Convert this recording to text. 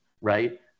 right